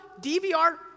DVR